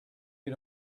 you